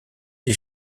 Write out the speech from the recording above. les